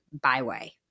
byway